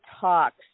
talks